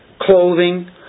clothing